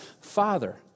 Father